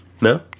No